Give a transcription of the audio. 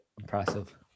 impressive